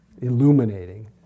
illuminating